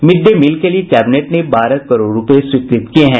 mid day meal के लिए cabinet ने बारह करोड़ रूपये स्वीकृत किये हैं